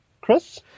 Chris